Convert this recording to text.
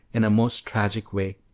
in a most tragic way,